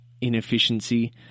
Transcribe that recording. inefficiency